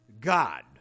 God